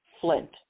Flint